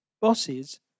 Bosses